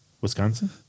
Wisconsin